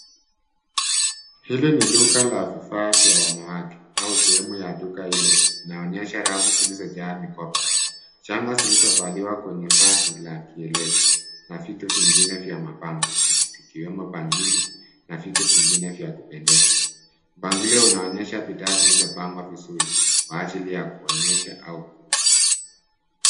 Hili ni duka la vifaa vya wanawake au sehemu ya duka hilo. Inaonyesha rafu zilizojaa mikoba. Shanga zilizovaliwa kwenye vazi la kielezo na vitu vingine vya mapambo zikiwemo: bangili na vitu vingine vya kupendeza. Mpangilio unaonyehsa bidhaa vilivyopangwa vizuri kwa ajili ya kuonyesha au kuuza.